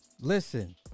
listen